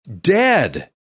dead